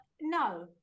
No